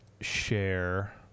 share